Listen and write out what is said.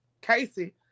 Casey